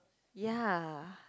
ya